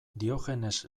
diogenes